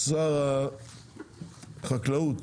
שר החקלאות